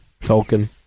Tolkien